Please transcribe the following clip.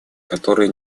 которые